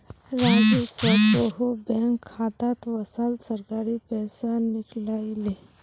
राजू स कोहो बैंक खातात वसाल सरकारी पैसा निकलई ले